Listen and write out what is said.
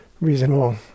reasonable